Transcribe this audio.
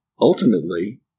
ultimately